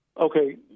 Okay